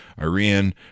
Iran